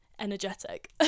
energetic